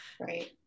Right